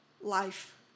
Life